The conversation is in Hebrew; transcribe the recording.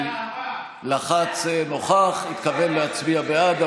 בסך הכול יש לנו 16 בעד,